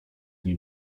nie